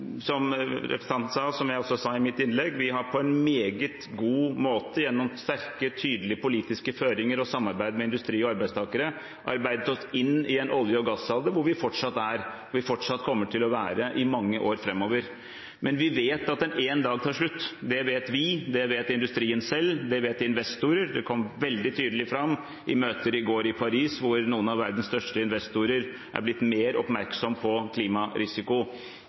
som representanten sa, og som jeg også sa i mitt innlegg, på en meget god måte gjennom sterke, tydelige politiske føringer og samarbeid med industri og arbeidstakere har arbeidet oss inn i en olje- og gassalder, hvor vi fortsatt er og fortsatt kommer til å være i mange år framover. Men vi vet at den en dag tar slutt. Det vet vi, det vet industrien selv, det vet investorer. Det kom veldig tydelig fram i et møte i går i Paris, hvor noen av verdens største investorer har blitt mer oppmerksom på klimarisiko.